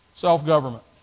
Self-government